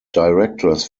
directors